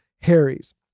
Harry's